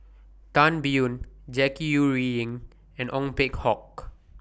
Tan Biyun Jackie Yi Ru Ying and Ong Peng Hock